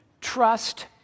trust